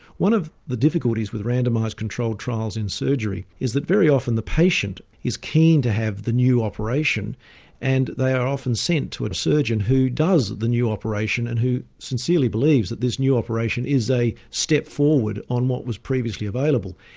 one of the difficulties with randomised control trials in surgery is that very often the patient is keen to have the new operation and they are often sent to a surgeon who does the new operation and who sincerely believes that this new operation is a step forward on what was previously available.